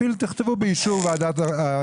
אפילו תכתבו באישור ועדת העבודה והרווחה.